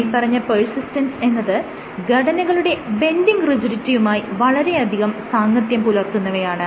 മേല്പറഞ്ഞ പെർസിസ്റ്റൻസ് എന്നത് ഘടനകളുടെ ബെൻഡിങ് റിജിഡിറ്റിയുമായി വളരെയധികം സാംഗത്യം പുലർത്തുന്നവയാണ്